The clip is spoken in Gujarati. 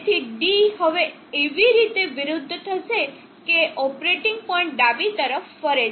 તેથી d હવે એવી રીતે વિરુદ્ધ થશે કે ઓપરેટિંગ પોઇન્ટ ડાબી તરફ ફરે છે